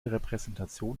repräsentation